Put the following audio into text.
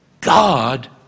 God